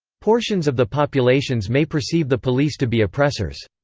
portions of the populations may perceive the police to be oppressors.